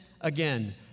again